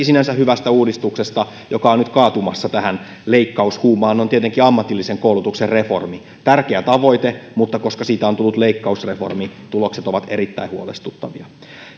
sinänsä hyvästä uudistuksesta joka on nyt kaatumassa tähän leikkaushuumaan on tietenkin ammatillisen koulutuksen reformi tärkeä tavoite mutta koska siitä on tullut leikkausreformi tulokset ovat erittäin huolestuttavia